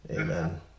Amen